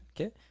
Okay